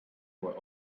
were